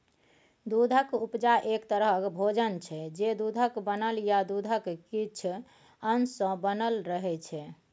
दुधक उपजा एक तरहक भोजन छै जे दुधक बनल या दुधक किछ अश सँ बनल रहय छै